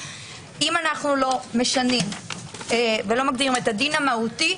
אם אנו לא משנים ולא נותנים את הדין המהותי,